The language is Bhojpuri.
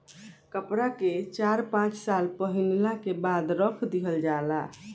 कपड़ा के चार पाँच साल पहिनला के बाद रख दिहल जाला